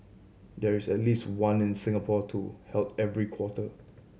there is at least one in Singapore too held every quarter